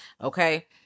Okay